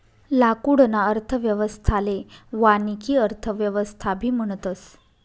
लाकूडना अर्थव्यवस्थाले वानिकी अर्थव्यवस्थाबी म्हणतस